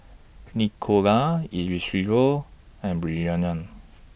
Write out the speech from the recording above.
Nicola Isidro and Bryanna